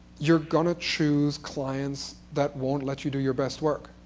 you're going to choose clients that won't let you do your best work.